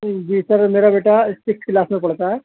جی sir میرا بیٹا six class میں پڑھتا ہے